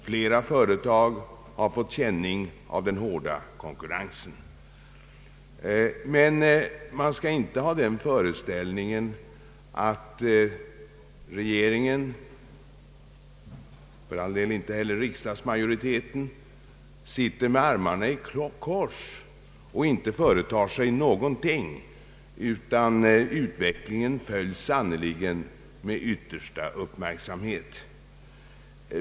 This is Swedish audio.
Flera företag har fått känning av den hårda konkurrensen, men man skall inte föreställa sig att regeringen — för all del inte heller riksdagsmajoriteten — sitter med armarna i kors och inte företar sig någonting, utan utvecklingen följs sannerligen med yttersta uppmärksamhet.